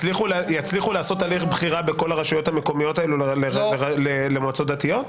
יצליחו לעשות הליך בחירה בכל הרשויות המקומיות האלה למועצות דתיות?